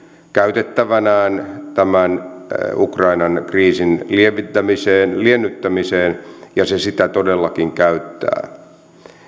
käytettävänään tämän ukrainan kriisin liennyttämiseen liennyttämiseen ja se sitä todellakin käyttää